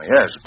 Yes